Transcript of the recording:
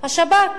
השב"כ.